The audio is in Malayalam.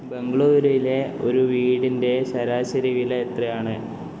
ബംഗളൂരുവിലെ ഒരു വീടിന്റെ ശരാശരി വില എത്രയാണ്